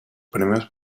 premios